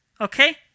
Okay